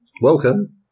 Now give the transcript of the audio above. Welcome